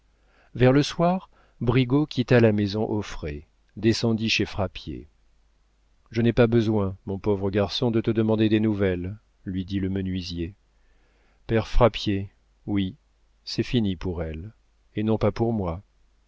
vers le soir brigaut quitta la maison auffray descendit chez frappier je n'ai pas besoin mon pauvre garçon de te demander des nouvelles lui dit le menuisier père frappier oui c'est fini pour elle et non pas pour moi